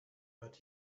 but